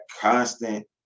constant